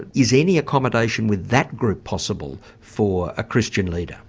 is any accommodation with that group possible for a christian leader